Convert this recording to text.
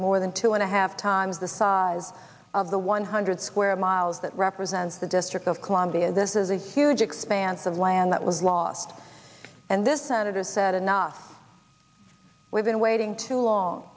more than two and a half times the size of the one hundred square miles that represents the district of columbia this is a huge expanse of land that was lost and this senator said enough we've been waiting too long